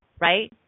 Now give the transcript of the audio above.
right